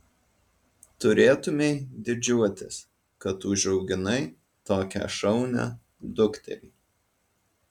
turėtumei didžiuotis kad užauginai tokią šaunią dukterį